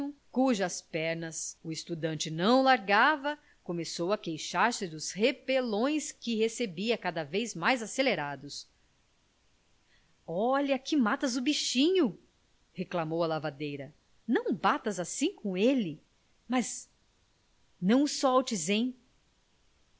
cujas pernas o estudante não largava começou a queixar-se dos repelões que recebia cada vez mais acelerados olha que matas o bichinho reclamou a lavadeira não batas assim com ele mas não o